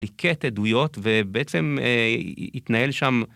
לקט עדויות ובעצם התנהל שם.